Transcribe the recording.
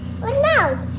No